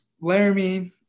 Laramie